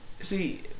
See